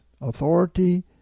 authority